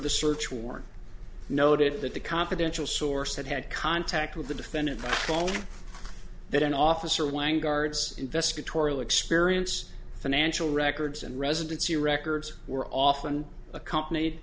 the search warrant noted that the confidential source that had contact with the defendant told that an officer wang guards investigatory experience financial records and residency records were often accompanied